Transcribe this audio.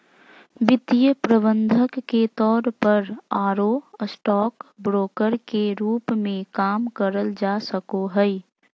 वित्तीय प्रबंधक के तौर पर आरो स्टॉक ब्रोकर के रूप मे काम करल जा सको हई